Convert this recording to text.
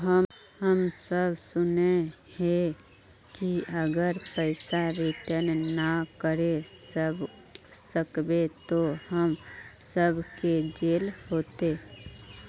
हम सब सुनैय हिये की अगर पैसा रिटर्न ना करे सकबे तो हम सब के जेल होते?